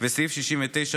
וסעיף 69,